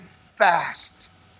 fast